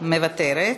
מוותרת.